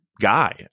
guy